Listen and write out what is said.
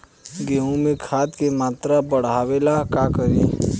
गेहूं में खाद के मात्रा बढ़ावेला का करी?